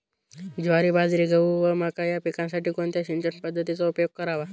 ज्वारी, बाजरी, गहू व मका या पिकांसाठी कोणत्या सिंचन पद्धतीचा उपयोग करावा?